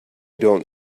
don’t